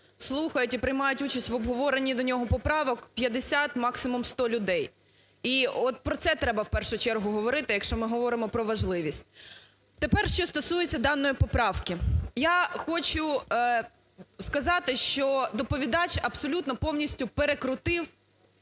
слухають і приймають участь в обговоренні до нього поправок 50, максимум, 100 людей. І от про це треба в першу чергу говорити, якщо ми говоримо про важливість. Тепер, що стосується даної поправки, я хочу сказати, що доповідач абсолютно повністю перекрутив